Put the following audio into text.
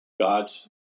God's